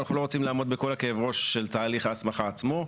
אנחנו לא רוצים לעמוד בכל כאב הראש של תהליך ההסמכה עצמו.